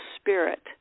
spirit